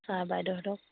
sir বাইদেউহঁতক